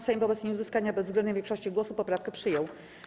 Sejm wobec nieuzyskania bezwzględnej większości głosów poprawkę przyjął.